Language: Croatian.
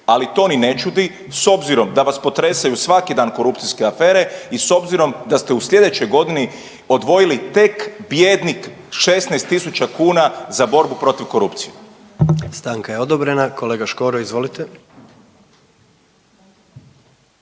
ali to ni ne čudi s obzirom da vas potresaju svaki dan korupcijske afere i s obzirom da ste u sljedećoj godini odvojili tek bijednih 16.000 kuna za borbu protiv korupcije. **Jandroković, Gordan (HDZ)** Stanka je odobrena. Kolega Škoro, izvolite.